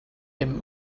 him